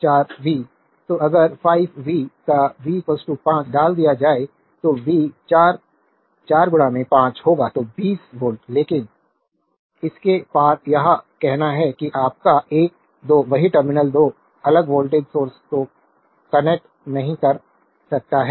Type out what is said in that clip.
तो अगर 5 वी का वी 5 डाल दिया जाए तो वी 4 4 5 होगा तो 20 वोल्ट लेकिन इसके पार यह कहना है कि आपका 1 2 वही टर्मिनल 2 अलग वोल्टेज सोर्स को कनेक्ट नहीं कर सकता है